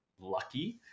lucky